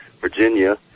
Virginia